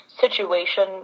situation